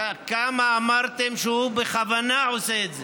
כמה אמרתם שהוא בכוונה עושה את זה.